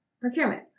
procurement